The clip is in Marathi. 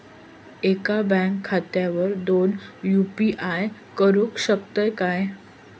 एका बँक खात्यावर दोन यू.पी.आय करुक शकतय काय?